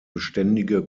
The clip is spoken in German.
beständige